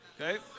Okay